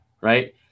right